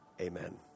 Amen